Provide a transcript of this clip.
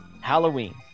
Halloween